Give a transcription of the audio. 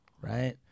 right